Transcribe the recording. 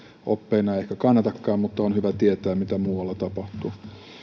eikä kannatakaan mutta on hyvä tietää mitä muualla tapahtuu